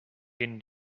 din